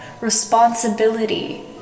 responsibility